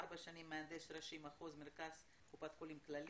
ארבע שנים מהנדס ראשי מחוז מרכז קופת חולים כללית.